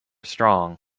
strong